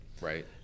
Right